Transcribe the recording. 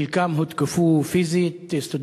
חלקם הותקפו פיזית, סטודנטים,